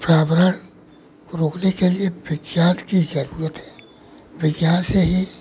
पर्यावरण रोकने के लिए विज्ञान की ज़रूरत हैं विज्ञान से ही